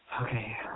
okay